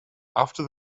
after